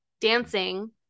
dancing